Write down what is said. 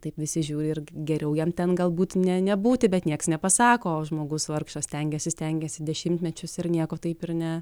taip visi žiūri ir geriau jam ten galbūt ne nebūti bet nieks nepasako o žmogus vargšas stengiesi stengiesi dešimtmečius ir nieko taip ir ne